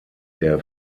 der